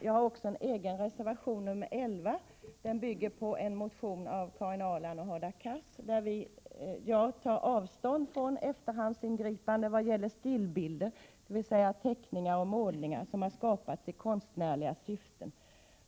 Jag har också en egen reservation, nr 11, som bygger på en motion av Karin Ahrland och Hadar Cars. Där tar jag avstånd från efterhandsingripande vad gäller stillbilder, teckningar och målningar, som har skapats i konstnärliga syften.